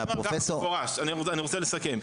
אני רוצה לסכם.